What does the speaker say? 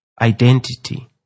identity